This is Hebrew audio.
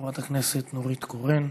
חברת הכנסת נורית קורן.